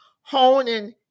Honing